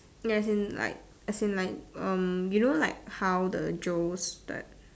ya as in like as in like um you know like how the Joe's the